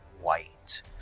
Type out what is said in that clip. white